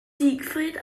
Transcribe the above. siegfried